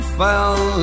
fell